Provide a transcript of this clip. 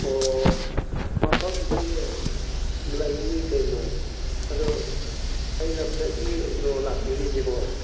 ꯑꯣ ꯃꯐꯝꯗꯤ ꯂꯩꯅꯤ ꯀꯩꯅꯣ ꯑꯗꯣ ꯀꯩ ꯂꯝꯗꯒꯤꯅꯣ ꯂꯥꯛꯄꯤꯔꯤꯁꯤꯕꯣ